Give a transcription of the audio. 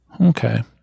Okay